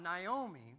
Naomi